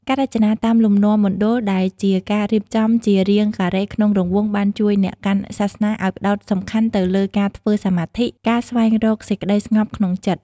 ការរចនាតាមលំនាំមណ្ឌលដែលជាការរៀបចំជារាងការ៉េក្នុងរង្វង់បានជួយអ្នកកាន់សាសនាឲ្យផ្តោតអារម្មណ៍ទៅលើការធ្វើសមាធិនិងការស្វែងរកសេចក្តីស្ងប់ក្នុងចិត្ត។